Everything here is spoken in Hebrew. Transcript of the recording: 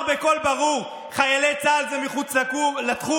בקול ברור: חיילי צה"ל הם מחוץ לתחום.